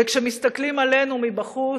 וכשמסתכלים עלינו מבחוץ,